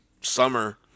summer